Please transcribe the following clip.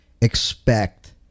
expect